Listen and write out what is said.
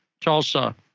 Tulsa